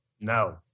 No